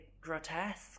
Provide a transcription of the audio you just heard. grotesque